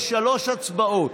יש שלוש הצבעות,